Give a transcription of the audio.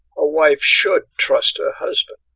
a wife should trust her husband!